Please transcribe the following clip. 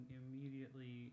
immediately